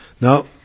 Now